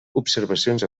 observacions